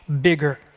bigger